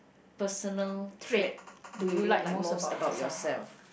personal trait do you like most about yourself